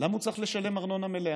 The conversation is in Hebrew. למה הוא צריך לשלם ארנונה מלאה?